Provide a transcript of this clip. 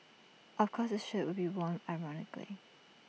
of course this shirt will be worn ironically